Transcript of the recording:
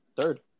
Third